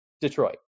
Detroit